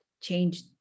change